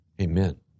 Amen